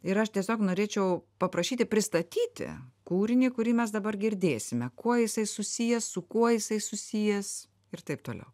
ir aš tiesiog norėčiau paprašyti pristatyti kūrinį kurį mes dabar girdėsime kuo jisai susijęs su kuo jisai susijęs ir taip toliau